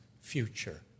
future